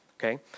Okay